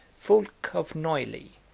fulk of neuilly,